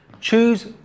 Choose